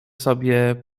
sobie